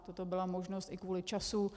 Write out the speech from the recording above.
Toto byla možnost i kvůli času.